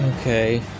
Okay